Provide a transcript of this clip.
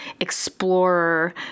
explorer